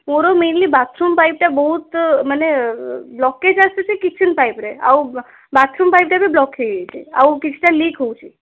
ମୋର mainly bathroom ପାଇପ୍ଟା ବହୁତ ମାନେ ବ୍ଲକେଜ୍ ଆସୁଛି କିଚେନ୍ ପାଇପ୍ରେ ଆଉ ବାଥରୁମ୍ ପାଇପ୍ଟା ବି ବ୍ଲକ୍ ହେଇଯାଇଛି ଆଉ କିଛିଟା ଲିକ୍ ହେଉଛି